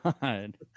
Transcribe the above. god